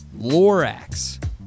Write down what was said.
Lorax